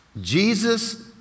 Jesus